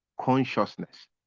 consciousness